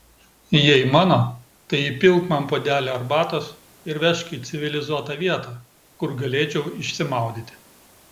jei mano tai įpilk man puodelį arbatos ir vežk į civilizuotą vietą kur galėčiau išsimaudyti